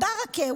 בארכה,